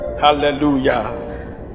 hallelujah